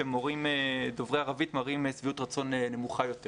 שמורים דוברי ערבית מראים שביעות רצון נמוכה יותר